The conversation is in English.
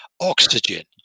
oxygen